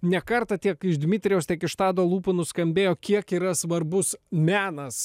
ne kartą tiek iš dmitrijaus tiek iš tado lūpų nuskambėjo kiek yra svarbus menas